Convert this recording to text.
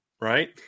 right